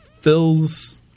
fills